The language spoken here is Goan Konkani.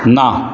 ना